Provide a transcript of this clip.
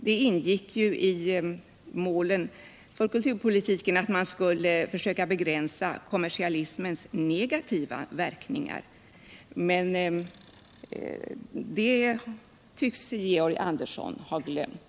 Det ingick ju i målen för kulturpolitiken att man skulle försöka begränsa kommersialismens negativa verkningar, men det tycks Georg Andersson ha glömt.